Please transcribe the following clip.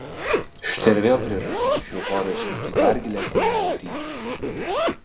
štai ir vėl priežastis iš euforijos smukti į dar gilesnę neviltį